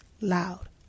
loud